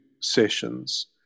sessions